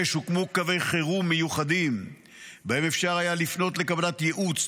6. הוקמו קווי חירום מיוחדים שבהם אפשר היה לפנות לקבלת ייעוץ,